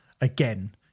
again